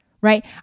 right